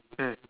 mm